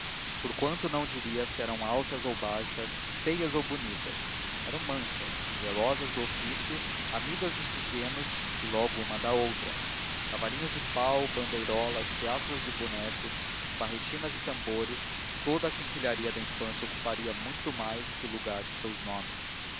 por quanto não diria se eram altas nem baixas feias ou bonitas eram mansas zelosas do ofício amigas dos pequenos e logo uma da outra cavalinhos de pau bandeirolas teatros de bonecos barretinas e tambores toda a quinquilharia da infância ocuparia muito mais que o lugar de seus nomes